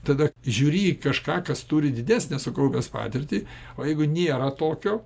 tada žiūri į kažką kas turi didesnę sukaupęs patirtį o jeigu nėra tokio